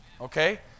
Okay